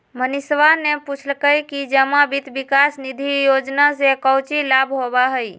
मनीषवा ने पूछल कई कि जमा वित्त विकास निधि योजना से काउची लाभ होबा हई?